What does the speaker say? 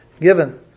given